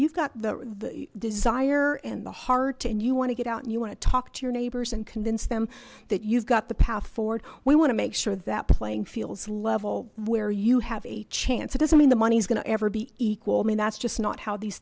you've got the desire and the heart and you want to get out and you want to talk to your neighbors and convince them that you've got the path forward we want to make sure that playing feels level where you have a chance it doesn't mean the money is gonna ever be equal i mean that's just not how these